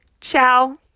ciao